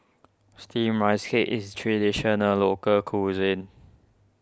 Steamed Rice Cake is Traditional Local Cuisine